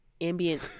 ambient